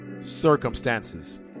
circumstances